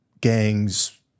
gangs